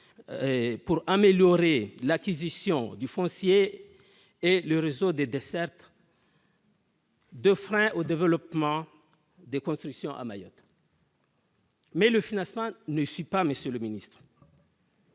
pour améliorer l'acquisition du foncier et le réseau des dessertes. De freins au développement des constructions à Mayotte. Mais le financement ne suit pas Monsieur le ministre.